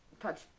touch